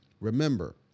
Remember